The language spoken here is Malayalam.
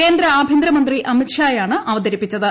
കേന്ദ്ര ആഭ്യന്തരമന്ത്രി അമിത് ഷായാണ് അവതരിപ്പിച്ചത്